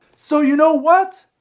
so you know what,